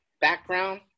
background